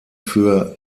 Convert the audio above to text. für